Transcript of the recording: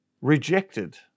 rejected